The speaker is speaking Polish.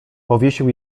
powiesił